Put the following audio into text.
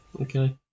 okay